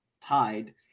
tide